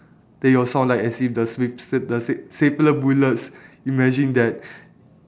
then it will sound like as if the sta~ stapler sta~ stapler bullets imagine that